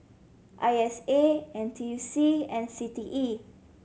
I S A N T U C and C T E